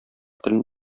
телен